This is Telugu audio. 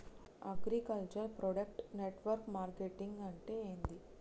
అగ్రికల్చర్ ప్రొడక్ట్ నెట్వర్క్ మార్కెటింగ్ అంటే ఏంది?